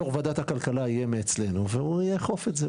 יו"ר ועדת הכלכלה יהיה מאצלנו והוא יאכוף את זה.